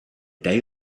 day